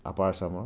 upper আচামৰ